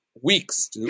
weeks